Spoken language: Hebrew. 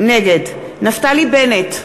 נגד נפתלי בנט,